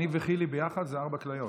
אני וחילי ביחד זה ארבע כליות,